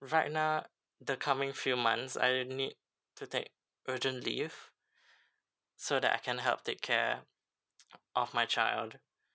right now the coming few months I need to take urgent leave so that I can help take care of my child